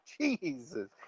Jesus